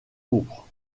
pourpre